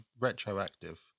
retroactive